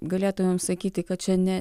galėtumėm sakyti kad čia ne